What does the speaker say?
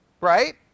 right